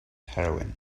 heroine